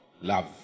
Love